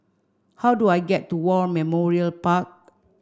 how do I get to War Memorial Park